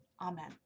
Amen